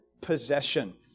possession